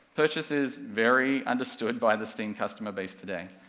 purchase is very understood by the steam customer base today.